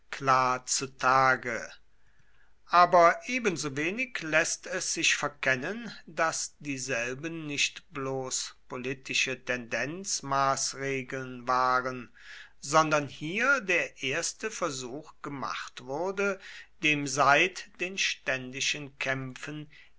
klar zu tage aber ebensowenig läßt es sich verkennen daß dieselben nicht bloß politische tendenzmaßregeln waren sondern hier der erste versuch gemacht wurde dem seit den ständischen kämpfen